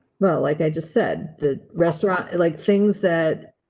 well, like, i just said, the restaurant like things that.